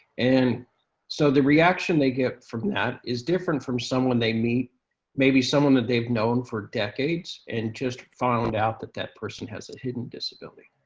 and so the reaction they get from that is different from someone they meet maybe someone they've known for decades and just found out that that person has a hidden disability.